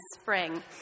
spring